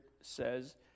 says